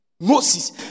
Moses